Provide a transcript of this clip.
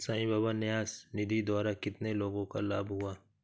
साई बाबा न्यास निधि द्वारा कितने लोगों को लाभ हुआ?